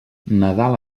nadal